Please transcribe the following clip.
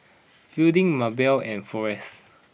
Fielding Maebelle and Forrest